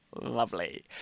Lovely